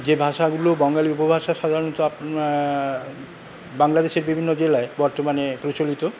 যে ভাষাগুলো বঙ্গালী উপভাষা সাধারণত আপনা আ বাংলাদেশের বিভিন্ন জেলায় বর্তমানে প্রচলিত